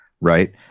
right